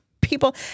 people